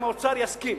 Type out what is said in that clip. אם האוצר יסכים?